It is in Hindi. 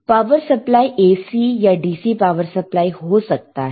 तो पावर सप्लाई AC या DC पावर सप्लाई हो सकता है